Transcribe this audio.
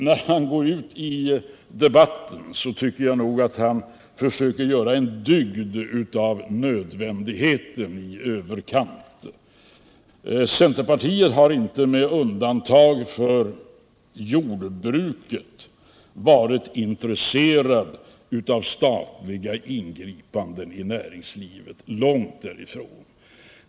När han går ut i debatten tycker jag nog att han i överkant försöker göra en dygd av nödvändigheten. Centerpartiet har, med undantag för jordbruket, inte varit intresserat av statliga ingripanden i näringslivet, långt därifrån.